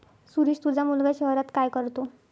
सुरेश तुझा मुलगा शहरात काय करतो